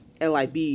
LIB